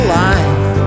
life